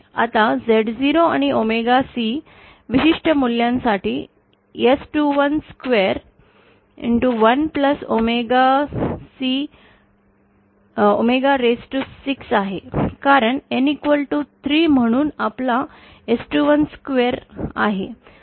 आता Z0 आणि omega C च्या विशिष्ट मूल्यांसाठी S212 1 ओमेगा raised to 6 आहे कारण N3 म्हणून हा आपला S212 आहे